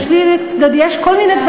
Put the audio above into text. יש כל מיני,